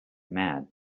mad